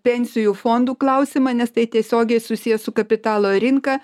pensijų fondų klausimą nes tai tiesiogiai susiję su kapitalo rinka